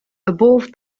above